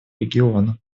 региона